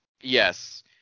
Yes